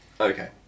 Okay